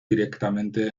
directamente